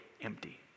empty